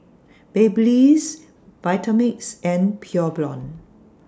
Babyliss Vitamix and Pure Blonde